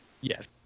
Yes